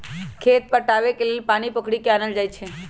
खेत पटाबे लेल पानी पोखरि से आनल जाई छै